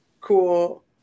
cool